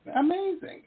Amazing